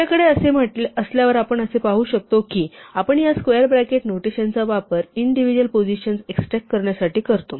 आपल्याकडे असे असल्यावर आपण असे पाहू शकतो की आपण या स्क्वेअर ब्रॅकेट नोटेशनचा वापर इंडिव्हिज्युल पोझिशन्स एक्सट्रॅक्ट करण्यासाठी करतो